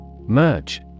Merge